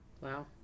Wow